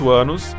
anos